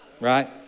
Right